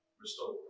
restore